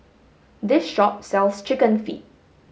this shop sells chicken feet